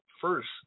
first